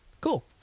Cool